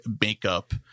makeup